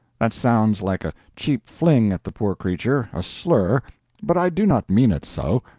that sounds like a cheap fling at the poor creature, a slur but i do not mean it so.